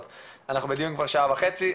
בדיון כבר שעה וחצי,